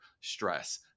stress